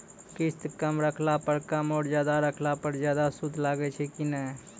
किस्त कम रहला पर कम और ज्यादा रहला पर ज्यादा सूद लागै छै कि नैय?